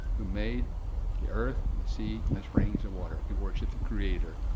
who made the earth and the sea and the springs of water. we worship the creator.